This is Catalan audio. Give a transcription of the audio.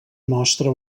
mostra